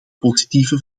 positieve